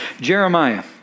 Jeremiah